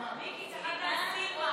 או סילמן?